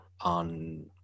on